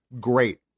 great